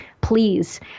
please